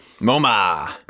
MoMA